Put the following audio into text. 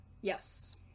Yes